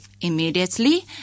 immediately